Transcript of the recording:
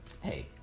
hey